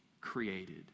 created